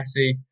Messi